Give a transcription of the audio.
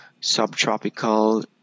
subtropical